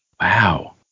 Wow